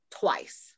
twice